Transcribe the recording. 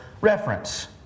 reference